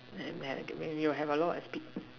and and if you got a lot